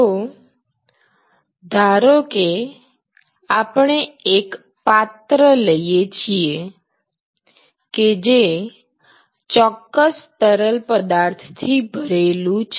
તો ધારો કે આપણે એક પાત્ર લઈએ છીએ કે જે ચોક્કસ તરલ પદાર્થ થી ભરેલું છે